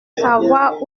savoir